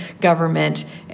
government